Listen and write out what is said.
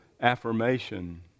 Affirmation